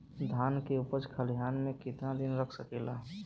धान के उपज खलिहान मे कितना दिन रख सकि ला?